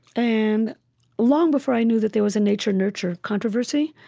and long before i knew that there was a nature nurture controversy,